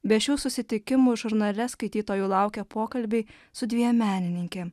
be šių susitikimų žurnale skaitytojų laukia pokalbiai su dviem menininkėm